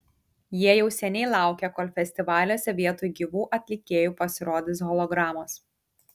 jie jau seniai laukia kol festivaliuose vietoj gyvų atlikėjų pasirodys hologramos